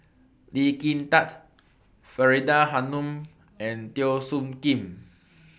Lee Kin Tat Faridah Hanum and Teo Soon Kim